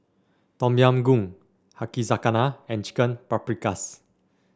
Tom Yam Goong Yakizakana and Chicken Paprikas